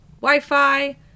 Wi-Fi